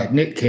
Nick